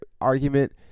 argument